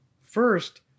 First